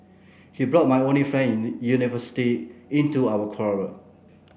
he brought my only friend university into our quarrel